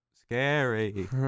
scary